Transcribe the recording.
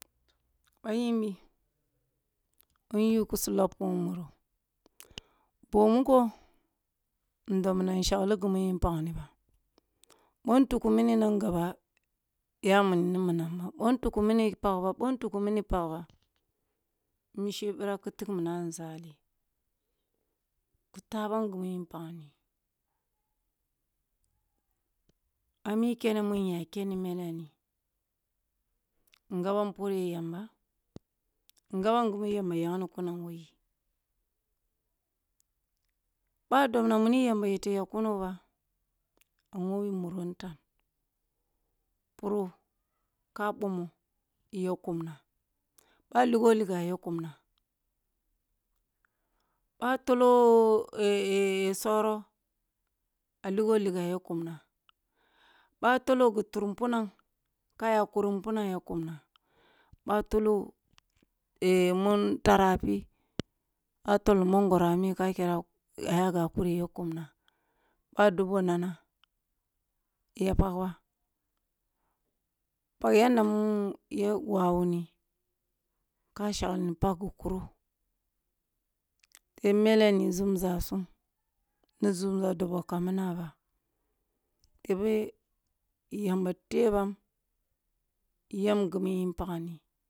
Ba nyimbi boh nyu kusu loppi muru boh muko n dobna nshagli gumi nnpagni ba boh ntugi mini na ngaba ya wuni ni minam ba boh ntug mini pagh bah boh ntugi mini pagh bah mishe birah ki tigh min am a nza kin tabam gimi npagni, a mi kene mu nya kene mele ni in gabama pore yamba in gabam gumu yamba yagle kunam wo yi, boh a dob wuni yamba yete yagh kuno ba a mwe muri ntan puro ka bomoh ya kumna bwa a ligo ligo ya kumna boh a tolloh soroh a ligo ligh ya kumnah bwa tolloh gu tur punam ka ya kur punam ya kumna, bwa tolloh mun tarafi, bwa tolloh mangoro a mi ka kyene a ya ga kure ya kumna, boh a doboh nanah ya pagh ba pagh yana da ma ya wawuni ka shagli pagh gu kuro teba mele ni zumza sum ni zumza doboh ka minah ba tebeh yamba tebam yang gumi npaghni.